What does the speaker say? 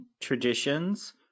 traditions